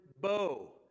bow